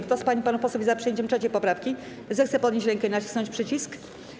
Kto z pań i panów posłów jest za przyjęciem 3. poprawki, zechce podnieść rękę i nacisnąć przycisk.